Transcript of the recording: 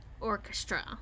Orchestra